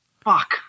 fuck